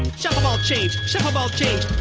and shuffle ball change, shuffle ball change,